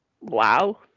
Wow